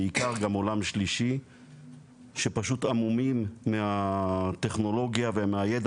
בעיקר גם עולם שלישי שפשוט המומים מהטכנולוגיה ומהידע